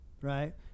right